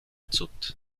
cud